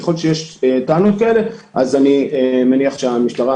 ככל שיש טענות כאלה אני מניח שהמשטרה